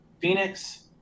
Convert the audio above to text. Phoenix